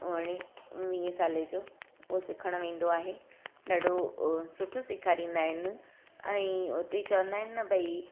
उणिवीह वीहें साले जो उह सिखणु वेंदो आहे ॾाढो उओ सुठो सेखारिंदा आहिनि ऐं उते चवंदा आहिनि न भई